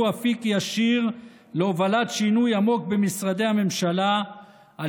אפיק ישיר להובלת שינוי עמוק במשרדי הממשלה על